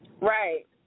Right